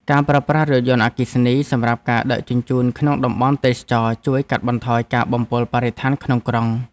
ការប្រើប្រាស់រថយន្តអគ្គិសនីសម្រាប់ការដឹកជញ្ជូនក្នុងតំបន់ទេសចរណ៍ជួយកាត់បន្ថយការបំពុលបរិស្ថានក្នុងក្រុង។